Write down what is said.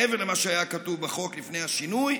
מעבר למה שהיה כתוב בחוק לפני השינוי,